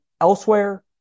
elsewhere